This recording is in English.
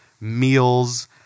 meals